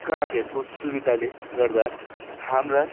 कार्डहरूको सुविधाले गर्दा हाम्रा